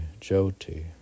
Jyoti